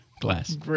Glass